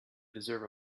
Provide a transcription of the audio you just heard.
deserve